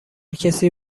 کسی